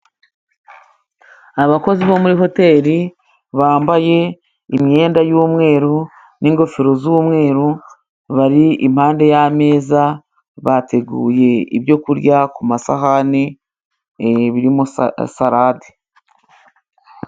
Abakozi bo muri hoteri，bambaye imyenda y'umweru n'ingofero z'umweru， bari impande y’ameza， bateguye ibyo kurya ku masahani， birimo sarade.